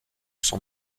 son